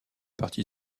parti